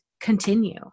continue